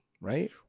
right